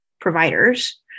providers